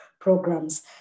programs